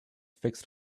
fixed